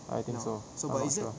I think so I'm not sure